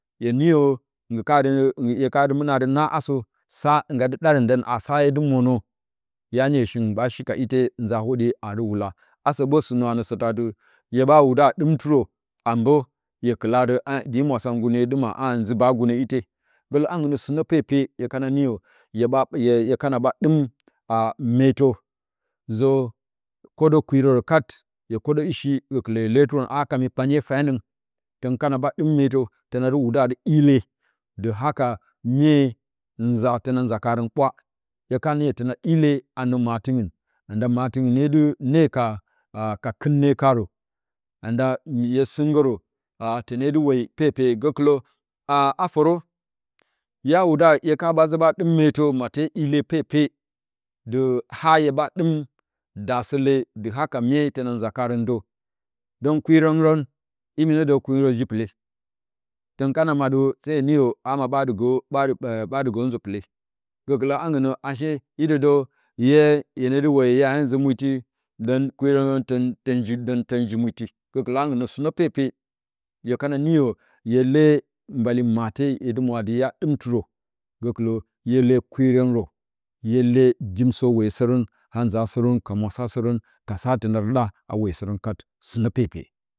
Hye niyo nggi kana dɨ, hye kana mɨ na adɨ naa asə, sa ngga dɨ ɗarə, ndəng a sa hye dɨ mwonə, hya niyo singiplun ɓə shika ite, nza hwoɗye aa dɨ wula asə ɓə sɨnə anə satə adɨ, hye ɓa wudturn a dɨm tɨrə a mbə, hye kɨlə adɨ 'ya dɨ mwasang nggu nə hye dɨma a zɨ bangu nə ite gələ hangɨn nə, sɨnə pepe, hye kana niyo 'ye hye kana ɓa ɗɨm metə a zə kwoɗə kwirərə kat, hye kwoɗə i shi gəkɨlə hye lee tɨrə, a haka mi kpanye fyanəng, tankana ɓa ɗɨm metə, təna dɨ wudə a dɨ ɗile, dɨ haka mye, nzaa təna nza kaarə ɓwa hye kana niyo təna ɗile, anə matɨ ngɨn na nda matɨngɨ ne dɨ ne ka kɨt ne kaarə na nda matɨngɨn ne dɨ ne ka kɨt ne kaarə na nda yo sɨng nggərə a təne dɨ woyo pepe, gəkɨlə a, a fə rə ya wudə a, hye ka ɓa zə ɓa ɗɨm metə, na te ɗile pepe, dɨ haa hye ɓaa ɗɨm daasə le, dɨ haka mye, təna nza kaarə də dəng kwirərə, imi nədə kwirə ji-piile, tən kana maaɗə se niyo ama ama ɓasɨ niyo, a maa ɓaa dɨ gə zɨ-pɨɨlei gə kɨlə hangɨn nə, a shee itə də hye, iye nə dɨ woyi, hye a zɨ inwitti dəng kwirərən tən, tən, dəng tə ji-mwitti gəkɨlə hangɨn nə sɨnə pepe, hye kana niyo hye le mbale mate, hye dɨ mwa adɨ hya ɗɨ tɨrə gakɨlə hye le kwirərə, hye le dɨmsə wesərən, haa nza sərən ka mwasasərən ka sa təna dɨ ɗaa a wesərən kat sɨnə pepe.